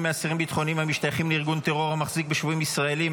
מאסירים ביטחוניים המשתייכים לארגון טרור המחזיק בשבויים ישראלים),